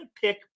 pick